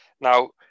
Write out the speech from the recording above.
Now